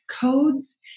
codes